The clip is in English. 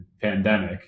pandemic